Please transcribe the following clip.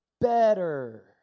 better